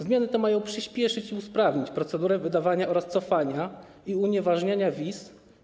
Zmiany te mają przyspieszyć i usprawnić procedurę wydawania oraz cofania i unieważniania wiz.